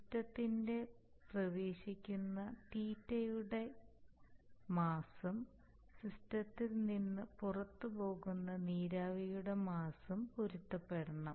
സിസ്റ്റത്തിലേക്ക് പ്രവേശിക്കുന്ന മാസും തീറ്റയുടെ മാസും സിസ്റ്റത്തിൽ നിന്ന് പുറത്തുപോകുന്ന നീരാവിയുടെ മാസുംപൊരുത്തപ്പെടണം